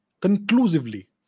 conclusively